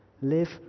live